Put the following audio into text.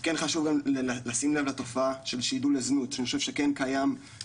כן חשוב לשים לב לתופעה של שידול לזנות שאני חושבת שכן קיים,